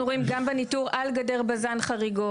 נכון, אנחנו גם רואים בניטור על גדר בזן חריגות.